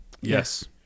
yes